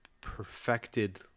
perfected